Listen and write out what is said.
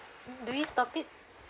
do we stop it